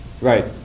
Right